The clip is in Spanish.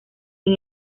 sin